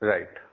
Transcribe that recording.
Right